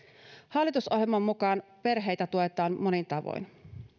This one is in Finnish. hallitusohjelman mukaan perheitä tuetaan monin tavoin